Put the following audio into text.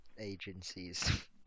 agencies